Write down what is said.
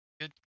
good